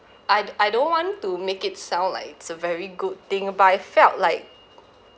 I d~ I don't want to make it sound like it's a very good thing but I felt like